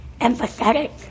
empathetic